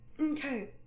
Okay